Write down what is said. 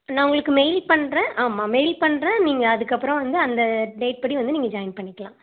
நான் உங்களுக்கு மெயில் பண்ணுறேன் ஆமாம் மெயில் பண்ணுறேன் நீங்கள் அதற்கப்பறம் வந்து அந்த டேட் படி வந்து நீங்கள் ஜாயின் பண்ணிக்கலாம்